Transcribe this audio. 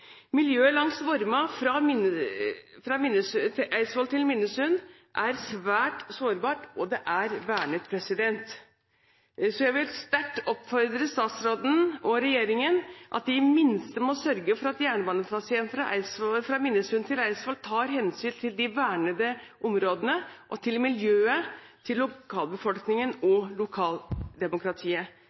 Miljøet langs Vorma, fra Eidsvoll til Minnesund, er svært sårbart, og det er vernet. Jeg vil sterkt oppfordre statsråden og regjeringen til i det minste å sørge for at jernbanetraseen fra Minnesund til Eidsvoll tar hensyn til de vernede områdene, til miljøet, til lokalbefolkningen og til lokaldemokratiet.